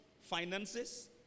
finances